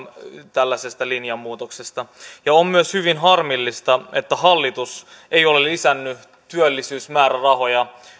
tällaisesta linjanmuutoksesta ja on myös hyvin harmillista että hallitus ei ole lisännyt työllisyysmäärärahoja